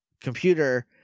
computer